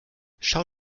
schau